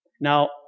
Now